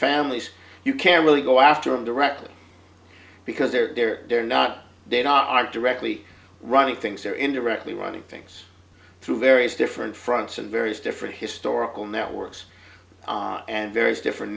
families you can't really go after him directly because they're they're they're not they are directly running things they're indirectly running things through various different fronts and various different historical networks and various different